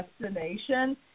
destination